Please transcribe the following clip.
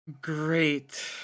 Great